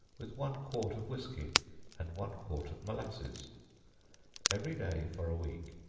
with one quart of whiskey and one quart of molasses every day for a week,